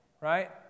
right